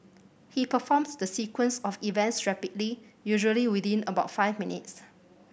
he performs the sequence of events rapidly usually within about five minutes